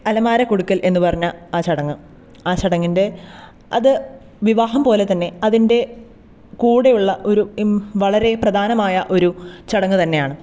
അലമാര കൊടുക്കൽ എന്നു പറഞ്ഞ ആ ആ ചടങ്ങിൻറ്റെ അത് വിവാഹം പോലെ തന്നെ അതിൻറ്റെ കൂടെ ഉള്ള ഒരു ഇമ് വളരെ പ്രധാനമായ ഒരു ചടങ്ങ് തന്നെയാണ്